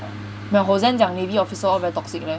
my hossan 讲 navy officer all very toxic leh